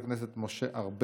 חברת הכנסת אבתיסאם מראענה,